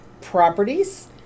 properties